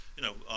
you know.